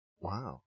Wow